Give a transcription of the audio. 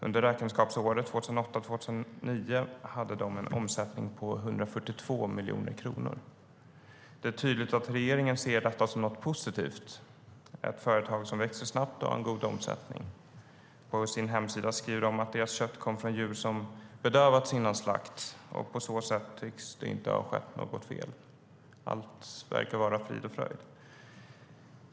Under räkenskapsåret 2008/09 hade de en omsättning på 142 miljoner kronor. Det är tydligt att regeringen ser detta som något positivt - ett företag som växer snabbt och har en god omsättning. På sin hemsida skriver de att deras kött kommer från djur som bedövats före slakt, och på så sätt tycks det inte ha skett något fel. Allt verkar vara frid och fröjd.